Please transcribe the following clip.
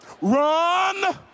Run